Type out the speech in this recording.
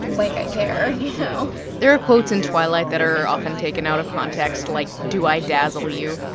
like i care, you know there are quotes in twilight that are often taken out of context like do i dazzle you?